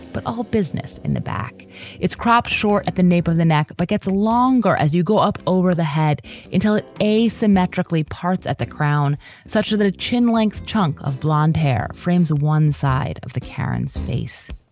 but a whole business in the back it's cropped short at the neighbor of the neck, but gets longer as you go up over the head until it asymmetrically parts at the crown such that a chin length chunk of blond hair frames one side of the kerans face